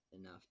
enough